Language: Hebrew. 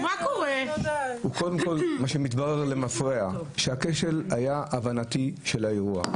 קודם כול מתברר למפרע שהכשל היה בהבנה של האירוע.